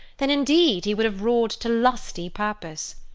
then indeed he would have roared to lusty purpose.